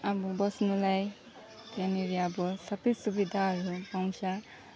अब बस्नुलाई त्यहाँनेरि अब सबै सुविधाहरू पाउँछ